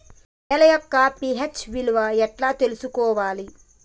నేల యొక్క పి.హెచ్ విలువ ఎట్లా తెలుసుకోవాలి?